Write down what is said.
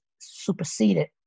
superseded